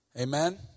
Amen